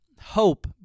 Hope